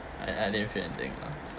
I I didn't feel anything lah